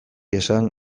esan